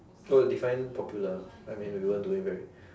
no define popular I mean we weren't doing very